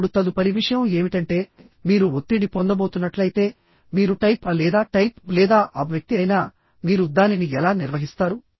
ఇప్పుడు తదుపరి విషయం ఏమిటంటే మీరు ఒత్తిడి పొందబోతున్నట్లయితే మీరు టైప్ A లేదా టైప్ B లేదా AB వ్యక్తి అయినా మీరు దానిని ఎలా నిర్వహిస్తారు